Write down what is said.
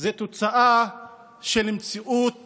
זו תוצאה של מציאות